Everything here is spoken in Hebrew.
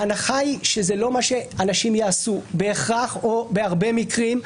ההנחה היא שזה לא מה שאנשים יעשו בהכרח או בהרבה מקרים,